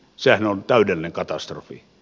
sehän on täydellinen katastrofi